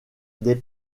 des